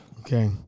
Okay